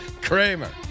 Kramer